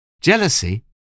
Jealousy